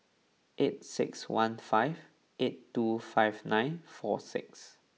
eight six one five eight two five nine four six